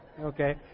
Okay